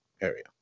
area